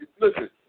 Listen